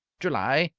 july,